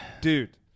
dude